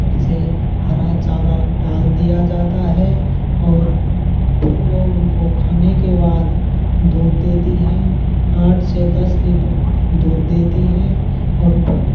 फिर से हरा चारा डाल दिया जाता है और फिर वो उनको खाने के वाद दूध देती हैं आठ से दस लीटर दूध देती हैं और फिर